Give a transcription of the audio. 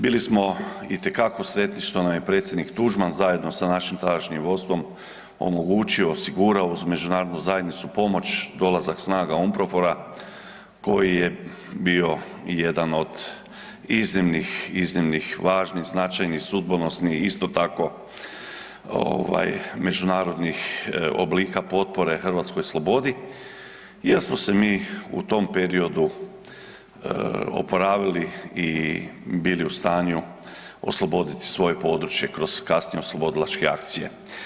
Bili smo itekako sretni što nam je predsjednik Tuđman, zajedno sa našim tadašnjim vodstvom omogućio, osigurao uz međunarodnu zajednicu pomoć, dolazak snaga UNPROFOR-a, koji je bio i jedan od iznimnih, iznimnih, važnih, značajnih, sudbonosnih, isto tako, ovaj, međunarodnih oblika potpore hrvatskoj slobodi jer smo se mi u tom periodu oporavili i bili u stanju osloboditi svoje područje kroz kasnije oslobodilačke akcije.